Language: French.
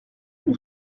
lui